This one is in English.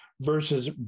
versus